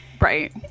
Right